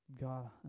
God